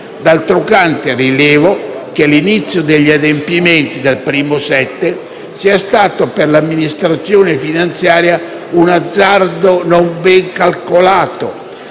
D'altro canto rilevo che l'inizio degli adempimenti dal 1° luglio sia stato per l'amministrazione finanziaria un azzardo non ben calcolato,